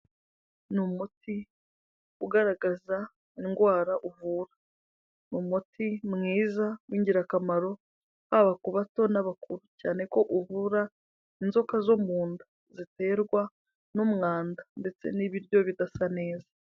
Ni umuti ugaragaza indwara uvura, umuti mwiza w'ingirakamaro, haba ku bato n'abakuru, cyane ko uvura inzoka zo mu nda, ziterwa n'umwanda ndetse n'ibiryo bidasa neza.